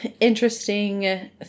interesting